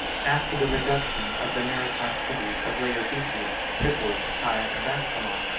after the reduction of the maritime cities of laodicea, tripoli, tyre, and ascalon,